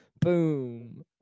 Boom